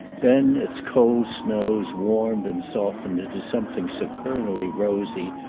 then its cold snows warmed and softened into something supernally rosy,